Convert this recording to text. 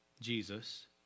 Jesus